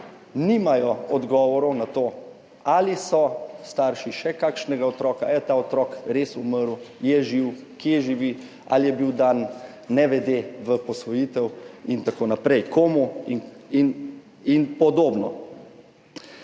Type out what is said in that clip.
nimajo odgovorov na to, ali so starši še kakšnega otroka, ali je ta otrok res umrl, je živ, kje živi, ali je bil dan nevede v posvojitev in tako naprej, komu in podobno.